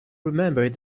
remembered